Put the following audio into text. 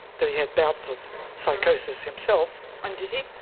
that he had bouts of psychosis himself. and did he?